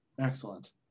Excellent